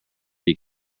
city